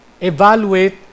evaluate